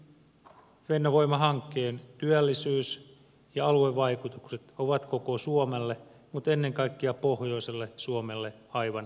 viidenneksi fennovoima hankkeen työllisyys ja aluevaikutukset ovat koko suomelle mutta ennen kaikkea pohjoiselle suomelle aivan massiiviset